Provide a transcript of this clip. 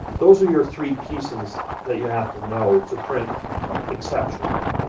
those are your three pieces that you have to know to print exceptionally.